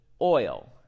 Oil